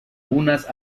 unas